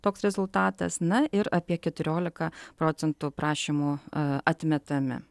toks rezultatas na ir apie keturiolika procentų prašymų atmetami